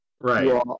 Right